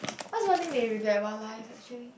what's one thing that you regret about life actually